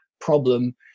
problem